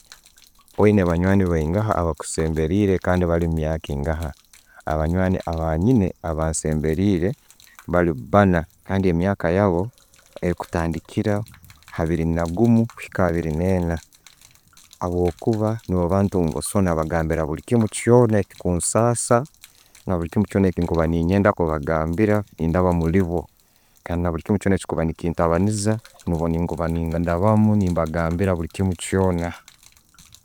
Oyine banywani bayinga abakusemberire kandi bali mumyaka engaha. Abanjwani abenine abasembereire bali baana kandi myaka yaabo ekutandikira abiri nagumu, kwika abiri nena habwokuba nibo abantu nensobora nabagambira bulikimu kyona ekikunsasa nabulikimu kyona kyenkuba nenyenda kubagambira, nendaba mulibo. Kandi nabilikimu kyona echikuba nenkitambaniiza, niibo nkuba nendabamu nembagambira bulikimu kyona.